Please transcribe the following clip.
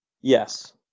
Yes